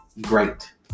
great